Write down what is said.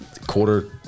quarter